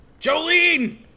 Jolene